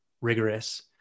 rigorous